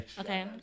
Okay